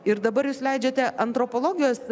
ir dabar jūs leidžiate antropologijos